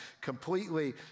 completely